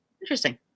Interesting